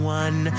one